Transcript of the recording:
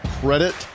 credit